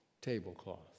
Tablecloth